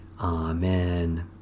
Amen